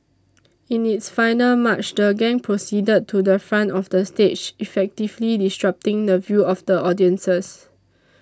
in its final march the gang proceeded to the front of the stage effectively disrupting the view of the audiences